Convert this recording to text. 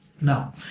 Now